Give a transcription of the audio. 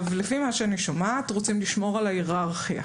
לפי מה שאני שומעת, רוצים לשמור על ההיררכיה.